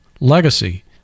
Legacy